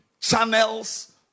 channels